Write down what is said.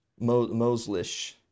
Moslish